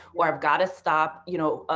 or i have got to stop, you know,